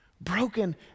broken